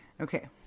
Okay